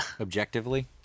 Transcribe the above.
objectively